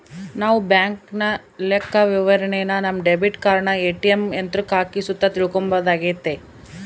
ನಾವು ಬ್ಯಾಂಕ್ ಲೆಕ್ಕವಿವರಣೆನ ನಮ್ಮ ಡೆಬಿಟ್ ಕಾರ್ಡನ ಏ.ಟಿ.ಎಮ್ ಯಂತ್ರುಕ್ಕ ಹಾಕಿ ಸುತ ತಿಳ್ಕಂಬೋದಾಗೆತೆ